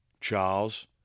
Charles